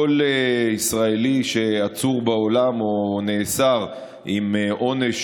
כל ישראלי שעצור בעולם או נאסר עם עונש